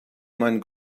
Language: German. man